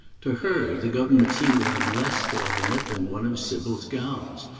to her the government seemed to have less thought in it than one of sybil's gowns,